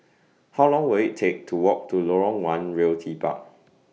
How Long Will IT Take to Walk to Lorong one Realty Park